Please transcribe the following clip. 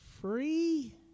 free